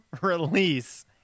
release